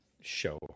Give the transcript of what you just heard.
show